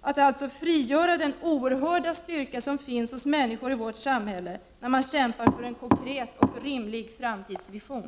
alltså frigöra den oerhörda styrka som finns hos människorna i vårt samhälle när de kämpar för en konkret och rimlig framtidsvision.